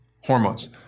hormones